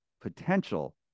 potential